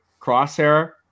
Crosshair